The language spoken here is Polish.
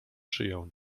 szyję